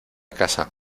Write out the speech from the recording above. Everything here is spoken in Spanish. casa